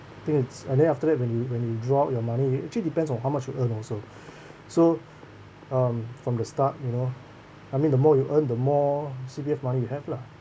I think it's and then after that when you when you draw out your money actually depends on how much you earn also so um from the start you know I mean the more you earn the more C_P_F money you have lah